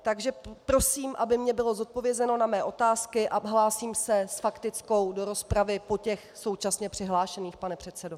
Takže prosím, aby mi bylo zodpovězeno na mé otázky, a hlásím se s faktickou do rozpravy po těch současně přihlášených, pane předsedo.